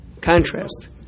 contrast